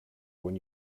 when